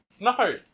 no